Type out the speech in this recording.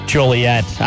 Juliet